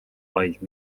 vaid